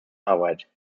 arbeit